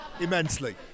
Immensely